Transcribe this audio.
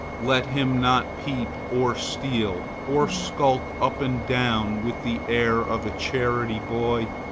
let him not peep or steal, or skulk up and down with the air of a charity-boy,